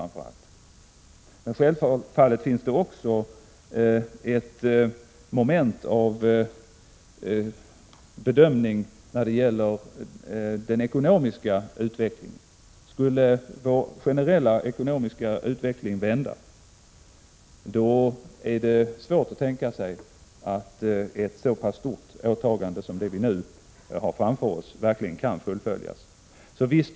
Men självfallet finns det också ett moment av bedömning när det gäller den ekonomiska utvecklingen. Skulle vår generella ekonomiska utveckling vända, är det svårt att tänka sig att ett så pass stort åtagande som det vi nu har framför oss verkligen kan fullföljas.